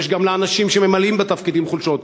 יש גם לאנשים שממלאים בה תפקידים חולשות.